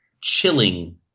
chilling